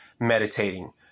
meditating